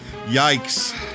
Yikes